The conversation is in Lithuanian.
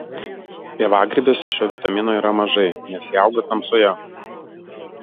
pievagrybiuose šio vitamino yra mažai nes jie auga tamsoje